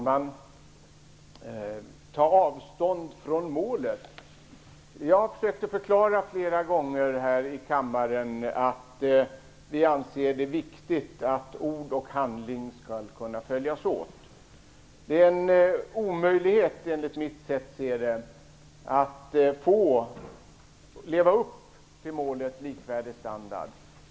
Herr talman! Elving Andersson frågade vad som "skall undantas från målet". Jag har flera gånger här i kammaren försökt förklara att vi anser att det är viktigt att ord och handling skall kunna följas åt. Det är en omöjlighet, enligt mitt sätt att se det, att leva upp till målet likvärdig standard.